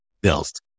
built